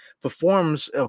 performs